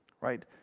Right